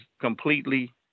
completely